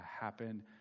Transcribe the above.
happen